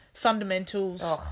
fundamentals